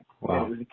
Wow